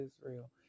Israel